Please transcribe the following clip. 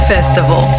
Festival